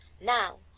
now,